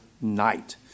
night